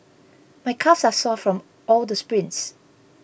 my calves are sore from all the sprints